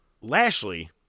Lashley